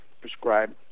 prescribed